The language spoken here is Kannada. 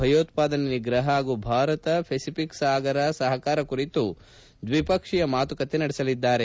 ಭಯೋತ್ಪಾದನೆ ನಿಗ್ರಹ ಹಾಗೂ ಭಾರತ ಪೆಸಿಫಿಕ್ ಸಾಗರ ಸಪಕಾರ ಕುರಿತು ದ್ವಿಪಕ್ಷೀಯ ಮಾತುಕತೆ ನಡೆಸಲಿದ್ದಾರೆ